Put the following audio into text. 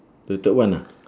the third one ah